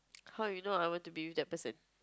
how you know I want to be with that person